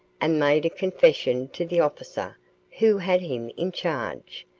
and made a confession to the officer who had him in charge.